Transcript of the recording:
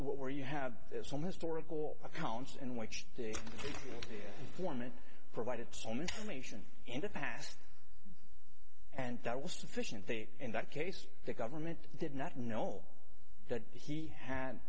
what where you have some historical accounts in which to form it provided some information in the past and that was sufficient they in that case the government did not know that he had